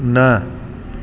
न